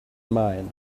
mine